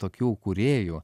tokių kūrėjų